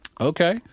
Okay